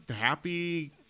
happy